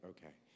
Okay